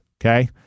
okay